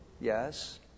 Yes